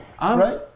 right